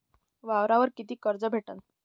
वावरावर कितीक कर्ज भेटन?